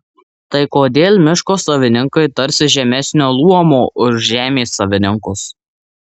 tai kodėl miško savininkai tarsi žemesnio luomo už žemės savininkus